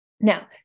Now